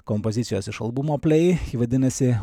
kompozicijos iš albumo plei vadinasi